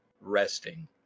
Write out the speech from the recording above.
resting